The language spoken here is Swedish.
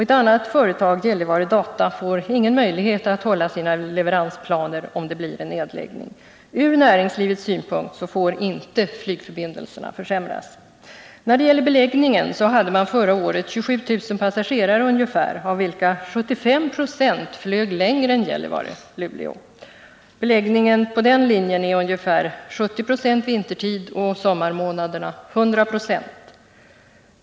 Ett annat företag, Gällivare Data, får ingen möjlighet att hålla sina leveransplaner om det blir en nedläggning. Ur näringslivets synpunkt får flygförbindelserna inte försämras. När det gäller beläggningen så hade man förra året ungefär 27000 passagerare, av vilka 75 70 flög längre än sträckan Gällivare-Luleå. Beläggningen på den linjen är ungefär 70 96 vintertid och 100 26 under sommarmånaderna.